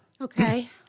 Okay